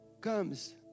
comes